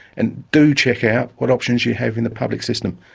and do check out what options you have in the public system.